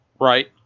Right